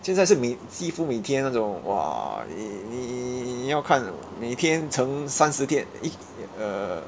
现在是每几乎每天那种 !wah! 你你你要看每天乘三十天一 uh